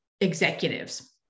executives